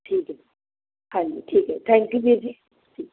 ਠੀਕ ਹੈ ਜੀ ਹਾਂਜੀ ਠੀਕ ਹੈ ਥੈਂਕ ਯੂ ਵੀਰ ਜੀ ਠੀਕ